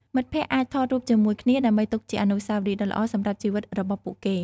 មិត្តភក្តិអាចថតរូបជាមួយគ្នាដើម្បីទុកជាអនុស្សាវរីយ៍ដ៏ល្អសម្រាប់ជីវិតរបស់ពួកគេ។